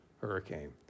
hurricane